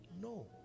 No